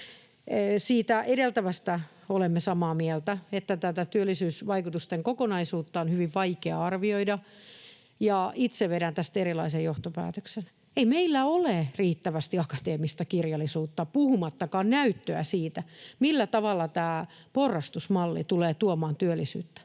Siitä edeltävästä olemme samaa mieltä, että tätä työllisyysvaikutusten kokonaisuutta on hyvin vaikea arvioida, ja itse vedän tästä erilaisen johtopäätöksen. Ei meillä ole riittävästi akateemista kirjallisuutta, puhumattakaan näyttöä, siitä, millä tavalla tämä porrastusmalli tulee tuomaan työllisyyttä.